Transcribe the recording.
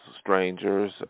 strangers